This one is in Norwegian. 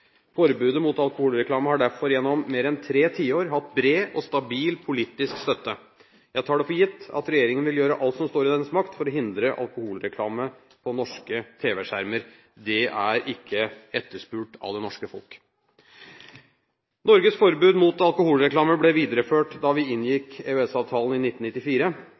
Forbudet mot alkoholreklame har derfor gjennom mer enn tre tiår hatt bred og stabil politisk støtte. Jeg tar det for gitt at regjeringen vil gjøre alt som står i dens makt for å hindre alkoholreklame på norske tv-skjermer. Det er ikke etterspurt av det norske folk. Norges forbud mot alkoholreklame ble videreført da vi inngikk EØS-avtalen i 1994,